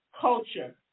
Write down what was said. culture